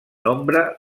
nombre